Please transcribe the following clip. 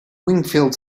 wingfield